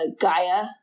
gaia